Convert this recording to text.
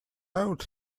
out